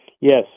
Yes